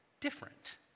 different